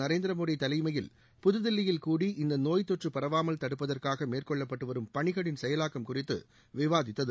நரேந்திரமோடி தலைமையில் புதுதில்லியில் கூடி இந்த நோய்த் தொற்று பரவாமல் தடுப்பதற்காக மேற்கொள்ளப்பட்டு வரும் பணிகளின் செயலாக்கம் குறித்து விவாதித்தது